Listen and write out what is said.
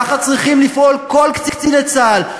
ככה צריכים לפעול כל קציני צה"ל.